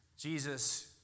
Jesus